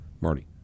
Marty